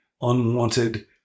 unwanted